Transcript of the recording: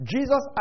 Jesus